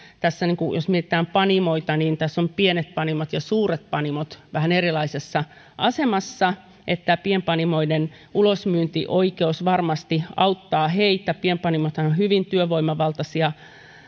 jos mietitään panimoita niin tässä ovat pienet panimot ja suuret panimot vähän erilaisessa asemassa tämä pienpanimoiden ulosmyyntioikeus varmasti auttaa heitä pienpanimothan ovat hyvin työvoimavaltaisia